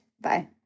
Bye